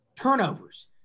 turnovers